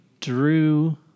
drew